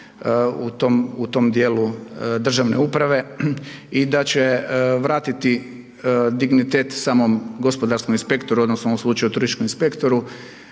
u tom dijelu državne uprave i da će vratiti dignitet samom gospodarskom inspektoru odnosno u ovom slučaju turističkom inspektoru,